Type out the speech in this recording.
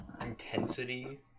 intensity